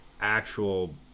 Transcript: actual